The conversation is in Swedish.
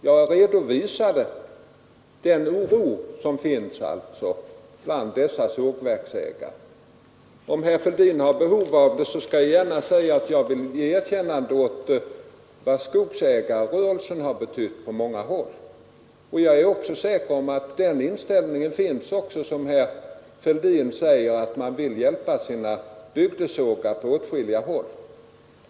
Jag redovisade den oro som finns bland dessa sågverksägare. Om herr Fälldin har behov av det skall jag gärna säga att jag vill ge erkännande åt vad skogsägarrörelsen har betytt på många håll. Jag är också säker på att den inställningen finns, som herr Fälldin säger, att man vill hjälpa sina bygdesågar på åtskilliga håll.